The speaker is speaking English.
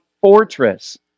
fortress